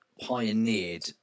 pioneered